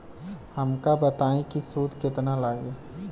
हमका बताई कि सूद केतना लागी?